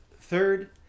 third